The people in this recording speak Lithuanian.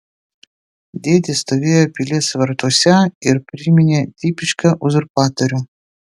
dėdė stovėjo pilies vartuose ir priminė tipišką uzurpatorių